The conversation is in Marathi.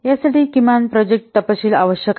यासाठी किमान प्रोजेक्ट तपशील आवश्यक आहेत